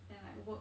then like work